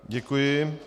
Děkuji.